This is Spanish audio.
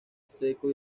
seco